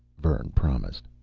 vern promised.